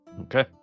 Okay